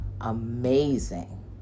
amazing